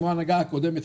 כמו ההנהגה הקודמת,